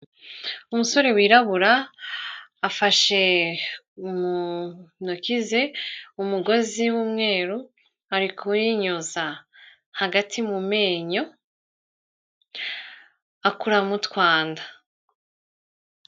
Umusore wirabura afashe mu ntoki ze umugozi w'umweru ari kuyinyuza hagati mu menyo akuramo utwanda.